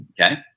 okay